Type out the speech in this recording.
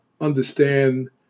understand